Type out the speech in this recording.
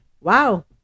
Wow